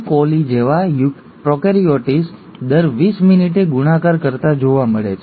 કોલી જેવા પ્રોકેરીયોટ્સ દર વીસ મિનિટે ગુણાકાર કરતા જોવા મળે છે